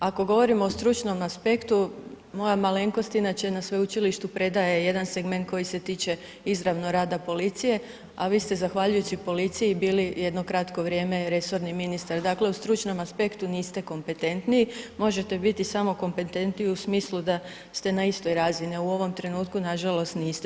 Ako govorimo o stručnom aspektu, moja malenkost inače na sveučilištu predaje jedan segment koji se tiče izravno rada policije, a vi ste zahvaljujući policiji bili jedno kratko vrijeme resorni ministar, dakle u stručnom aspektu niste kompetentniji, možete biti samo kompetentniji u smislu da ste na istoj razini, a u ovom trenutku nažalost niste.